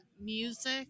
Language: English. music